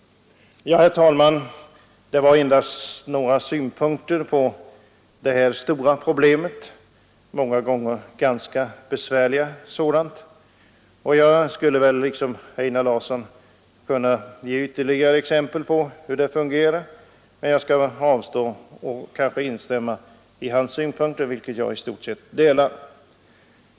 Ja, herr talman, detta var endast några synpunkter på detta stora problem — många gånger ett ganska besvärligt sådant. Jag skulle liksom Einar Larsson kunna ge ytterligare exempel på tillämpningen av bestämmelserna, men jag skall avstå från detta och endast instämma i hans synpunkter, som jag i stort sett delar.